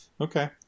okay